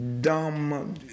dumb